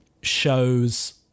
shows